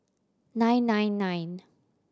nine nine nine